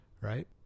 right